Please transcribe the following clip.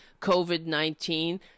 COVID-19